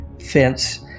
fence